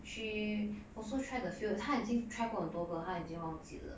she also try a few 她已经 try 过多个她已经忘记了